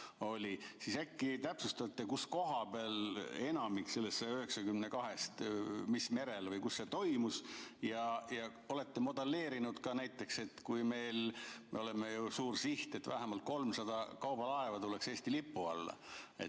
siis äkki täpsustate, kus kohas enamik neist 192‑st olid, mis merel või kus see toimus? Ja olete te modelleerinud ka näiteks seda – meil on ju suur siht, et vähemalt 300 kaubalaeva tuleks Eesti lipu alla